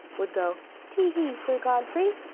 would go tee-hee, sir godfrey!